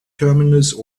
terminals